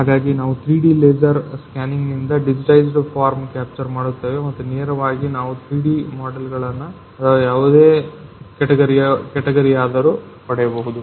ಹಾಗಾಗಿ ನಾವು 3D laser scanning ನಿಂದ ಡಿಜಿಟೈಜ್ಡ್ ಫಾರ್ಮ್ ಕ್ಯಾಪ್ಚರ್ ಮಾಡುತ್ತೇವೆ ಮತ್ತು ನೇರವಾಗಿ ನಾವು 3D ಮಾಡೆಲ್ ಗಳನ್ನು ಅಥವಾ ಯಾವುದೇ ಕೆಟಗರಿಯದಾದರು ಪಡೆಯಬಹುದು